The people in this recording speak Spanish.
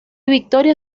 victoria